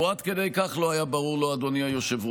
הוא עד כדי כך לא היה ברור לו, אדוני היושב-ראש,